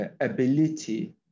ability